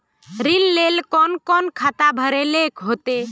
ऋण लेल कोन कोन खाता भरेले होते?